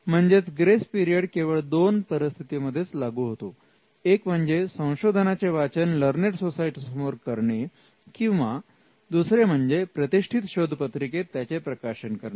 म्हणजेच grace period केवळ दोनच परिस्थितीमध्ये लागू होतो एक म्हणजे संशोधनाचे वाचन लर्नेड सोसायटी समोर करणे किंवा दुसरे म्हणजे प्रतिष्ठित शोध पत्रिकेत त्याचे प्रकाशन करणे